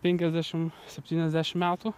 penkiasdešim septyniasdešim metų